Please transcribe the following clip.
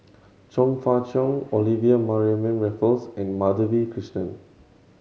Chong Fah Cheong Olivia Mariamne Raffles and Madhavi Krishnan